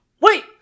Wait